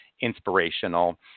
inspirational